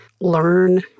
learn